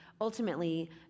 ultimately